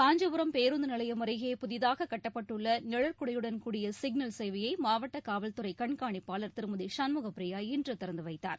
காஞ்சிபுரம் பேருந்துநிலையம் அருகே புதிதாக கட்டப்பட்டுள்ள நிழற்குடையுடன் கூடிய சிக்னல் சேவையை மாவட்ட காவல்துறை கண்காணிப்பாளர் திருமதி சண்முகபிரியா இன்று திறந்துவைத்தார்